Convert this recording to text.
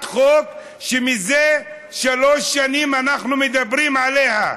חוק שמזה שלוש שנים אנחנו מדברים עליה.